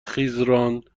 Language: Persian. خیزران